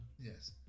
Yes